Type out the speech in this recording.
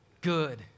good